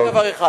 זה דבר אחד.